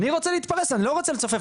אני רוצה להתפרס אני לא רוצה לצופף,